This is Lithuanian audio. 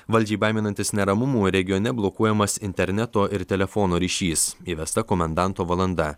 valdžiai baiminantis neramumų regione blokuojamas interneto ir telefono ryšys įvesta komendanto valanda